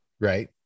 right